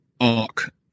arc